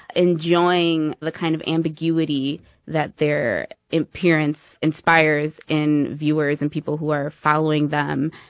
enjoying the kind of ambiguity that their appearance inspires in viewers and people who are following them.